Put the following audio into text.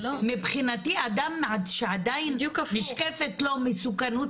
מבחינתי אדם שעדיין נשקפת ממנו מסוכנות,